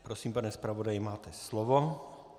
Prosím, pane zpravodaji, máte slovo.